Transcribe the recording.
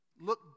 look